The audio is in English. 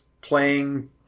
playing